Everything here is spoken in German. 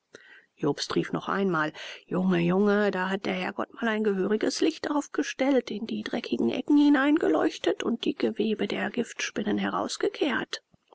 jobst rief noch einmal junge junge da hat der herrgott mal ein gehöriges licht aufgesteckt in die dreckigen ecken hineingeleuchtet und die gewebe der giftspinnen herausgekehrt